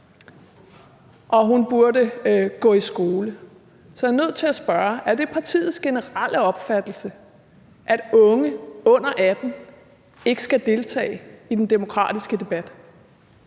så hun burde gå i skole. Så jeg er nødt til at spørge: Er det partiets generelle opfattelse, at unge under 18 år ikke skal deltage i den demokratiske debat?